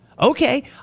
Okay